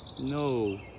no